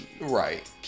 Right